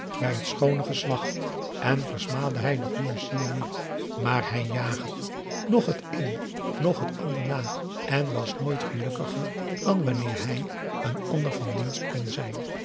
bij het schoone geslacht en versmaadde hij de goede sier niet maar hij jaagde noch het een noch het ander na en was nooit gelukkiger dan wanneer hij een ander van dienst kon zijn